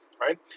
right